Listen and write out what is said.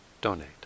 donate